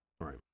Right